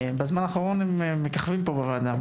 בזמן האחרון הם מככבים פה בוועדה.